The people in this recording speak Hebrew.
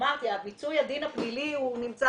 אמרתי, מיצוי הדין הפלילי הוא נמצא